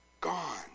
Gone